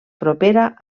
propera